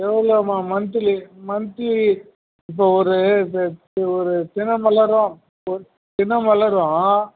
எவ்வளோம்மா monthly monthly இப்போ ஒரு இது தினமலரோ தினமலரும்